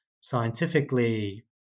Scientifically